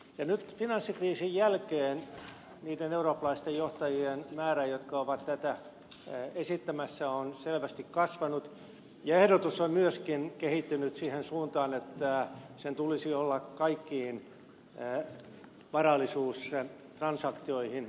nyt finanssikriisin jälkeen niiden eurooppalaisten johtajien määrä jotka ovat tätä esittämässä on selvästi kasvanut ja ehdotus on myöskin kehittynyt siihen suuntaan että sen tulisi olla kaikkiin varallisuustransaktioihin kohdistuva